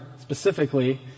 specifically